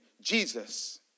Jesus